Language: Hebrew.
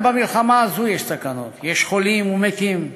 גם במלחמה הזאת יש סכנות, יש חולים ומתים,